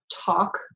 talk